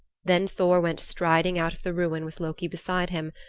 then thor went striding out of the ruin with loki beside him,